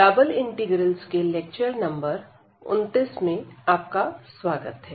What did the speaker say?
double integrals के lecture number 29 में आपका स्वागत है